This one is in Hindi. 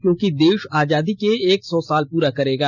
क्योंकि देश आजादी के एक सौ साल पुरे करेगा